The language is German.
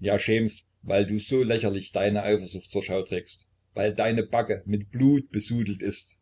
ja schämst weil du so lächerlich deine eifersucht zur schau trägst weil deine backe mit blut besudelt ist